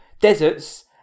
Deserts